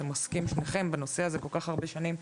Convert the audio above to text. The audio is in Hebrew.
אתם עוסקים שניכם בנושא הזה כל כך הרבה שנים.